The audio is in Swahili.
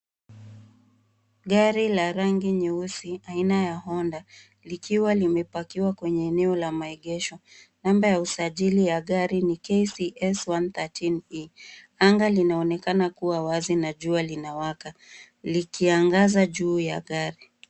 Gari la rangi nyeusi aina ya honda, likiwa limepakiwa kwenye eneo la maegesho namba ya usajili ya gari ni KCS 113E.Anga linaonekana kuwa wazi na jua linawaka likiangaza juu ya gari.